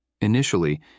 Initially